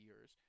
years